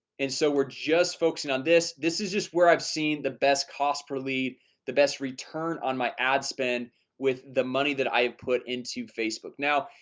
and so we're just focusing on this this is just where i've seen the best cost per lead the best return on my ad spend with the money that i have put into facebook now,